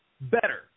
better